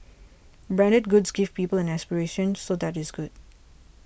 branded goods give people an aspiration so that is good